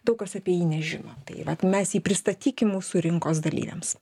daug kas apie jį nežino tai vat mes jį pristatykim mūsų rinkos dalyviams